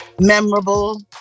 memorable